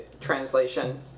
translation